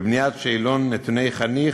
בבניית שאלון נתוני חניך,